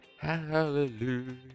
Hallelujah